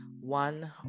one